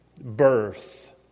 birth